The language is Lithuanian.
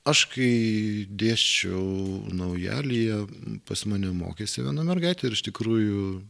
aš kai dėsčiau naujalyje pas mane mokėsi viena mergaitė ir iš tikrųjų